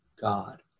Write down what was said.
God